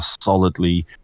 solidly